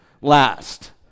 last